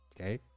Okay